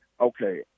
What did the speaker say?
okay